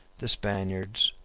the spaniards,